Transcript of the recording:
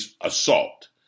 assault